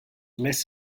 less